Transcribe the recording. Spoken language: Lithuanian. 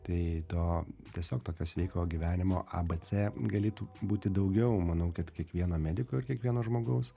tai to tiesiog tokio sveiko gyvenimo a b c galėtų būti daugiau manau kad kiekvieno mediko ir kiekvieno žmogaus